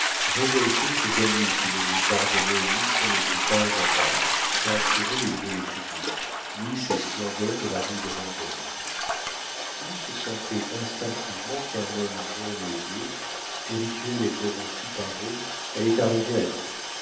révoltait ses amis qui ne lui pardonnaient ni son équipage à bas car pour eux il roulait toujours ni ses splendeurs de la rue de vendôme tous sentaient instinctivement qu'un homme jeune et beau spirituel et corrompu par eux allait arriver à tout